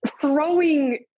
throwing